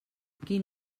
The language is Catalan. quin